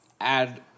add